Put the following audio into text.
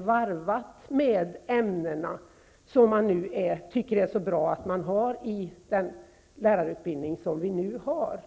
varva med ämnena, som man tycker är så bra i den lärarutbildning som vi nu har?